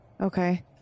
okay